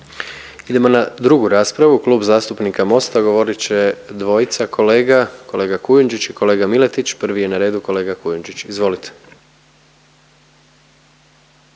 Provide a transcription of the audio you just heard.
Idemo na 2. raspravu, Klub zastupnika Mosta, govorit će dvojica kolega, kolega Kujundžić i kolega Miletić, prvi je na redu kolega Kujundžić, izvolite.